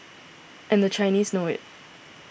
and the Chinese know it